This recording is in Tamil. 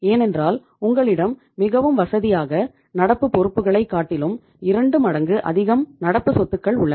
ஏனென்றால் உங்களிடம் மிகவும் வசதியாக நடப்பு பொறுப்புகளை காட்டிலும் இரண்டு மடங்கு அதிகம் நடப்பு சொத்துக்கள் உள்ளன